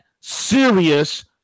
serious